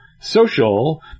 social